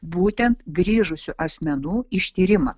būtent grįžusių asmenų ištyrimą